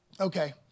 Okay